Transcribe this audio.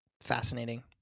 Fascinating